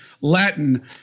Latin